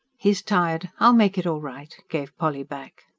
he's tired. i'll make it all right, gave polly back.